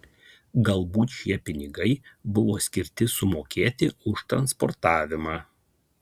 galbūt šie pinigai buvo skirti sumokėti už transportavimą